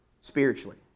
spiritually